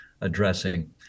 addressing